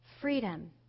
freedom